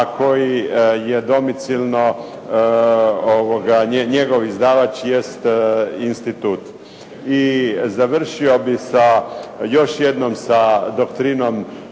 koji je domicilno njegov izdavač jest institut. I završio bih još jednom sa doktrinom